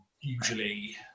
usually